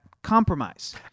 Compromise